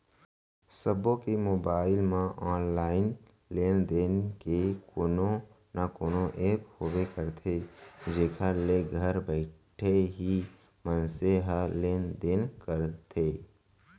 सबो के मोबाइल म ऑनलाइन लेन देन के कोनो न कोनो ऐप होबे करथे जेखर ले घर बइठे ही मनसे ह लेन देन करथे